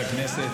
חמש דקות.